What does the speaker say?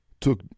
took